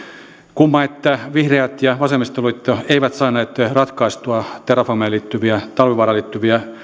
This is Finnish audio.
kumma että vihreät ja vasemmistoliitto eivät saaneet ratkaistua terrafameen ja talvivaaraan liittyviä